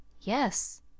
Yes